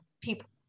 people